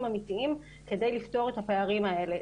אמיתיים כדי לפתור את הפערים האלה.